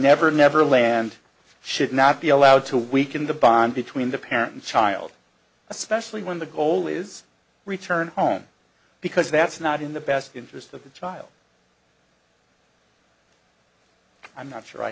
never never land should not be allowed to weaken the bond between the parent and child especially when the goal is return home because that's not in the best interest of the child i'm not sure i